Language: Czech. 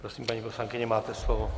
Prosím, paní poslankyně, máte slovo.